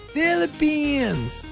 Philippines